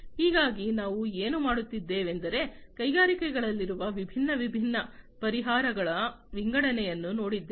ಹಾಗಾಗಿ ನಾವು ಏನು ಮಾಡಿದ್ದೇವೆಂದರೆ ಕೈಗಾರಿಕೆಗಳಲ್ಲಿರುವ ವಿಭಿನ್ನ ವಿಭಿನ್ನ ಪರಿಹಾರಗಳ ವಿಂಗಡಣೆಯನ್ನು ನೋಡಿದ್ದೇವೆ